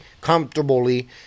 comfortably